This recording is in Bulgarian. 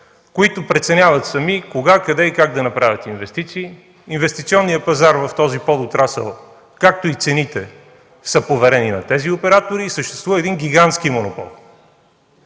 които преценяват сами кога, къде и как да направят инвестиции. Инвестиционният пазар в този подотрасъл, както и цените са поверени на тези оператори и съществува един гигантски монопол.